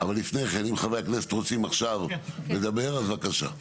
אם חברי הכנסת רוצים עכשיו לדבר, בבקשה.